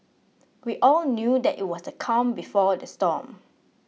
we all knew that it was the calm before the storm